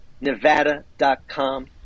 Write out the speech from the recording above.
Nevada.com